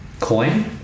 coin